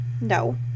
no